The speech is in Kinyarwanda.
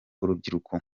urubyiruko